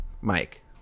mike